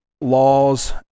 laws